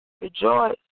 rejoice